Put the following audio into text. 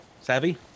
Savvy